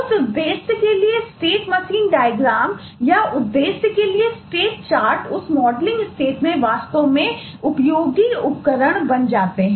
उस उद्देश्य के लिए स्टेट मशीन डायग्राम में वास्तव में उपयोगी उपकरण बन जाते हैं